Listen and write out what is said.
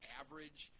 average